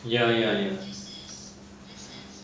ya ya ya